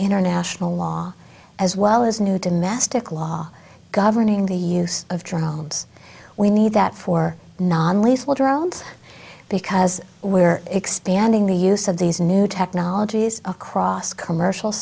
international law as well as new domestic law governing the use of drones we need that for non lethal drones because we're expanding the use of these new technologies across commercial